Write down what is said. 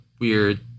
weird